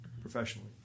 professionally